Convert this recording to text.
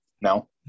No